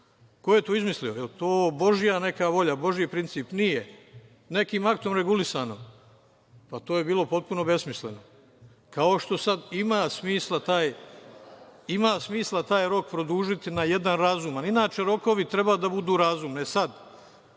Ko je to izmislio? Jel to božija neka volja, božiji princip? Nije. Nekim aktom regulisano? Pa, to je bilo potpuno besmisleno. Kao što sad ima smisla taj rok produžiti na jedan razuman. I inače rokovi treba da budu razumni. E, sad,